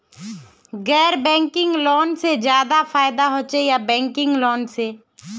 गैर banking loan से ज्यादा फायदा होचे या बैंकिंग लोन से?